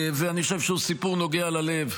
ואני חושב שהוא סיפור נוגע ללב.